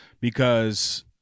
because-